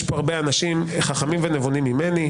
יש פה הרבה אנשים חכמים ונבונים ממני.